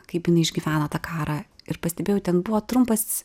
kaip jinai išgyveno tą karą ir pastebėjau ten buvo trumpas